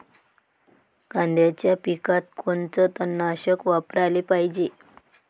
कांद्याच्या पिकात कोनचं तननाशक वापराले पायजे?